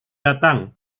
datang